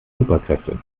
superkräfte